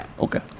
Okay